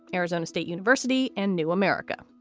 arizona state university and new america.